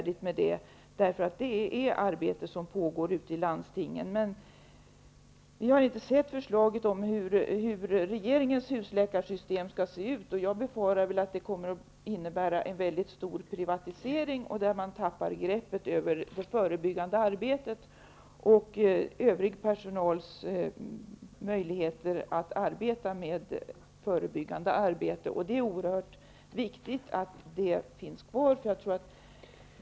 Det är arbete som pågår ute i landstingen. Vi har inte sett förslaget till hur regeringens husläkarsystem skall se ut. Jag befarar att det kommer att innebära en stor privatisering och att man tappar greppet om det förebyggande arbetet och övrig personals möjlighet att arbeta förebyggande. Det är oerhört viktigt att det finns kvar.